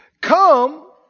Come